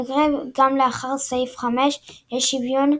במקרה וגם לאחר סעיף 5 יש שוויון,